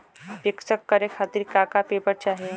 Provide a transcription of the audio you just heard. पिक्कस करे खातिर का का पेपर चाही?